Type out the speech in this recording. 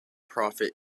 prophet